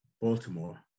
Baltimore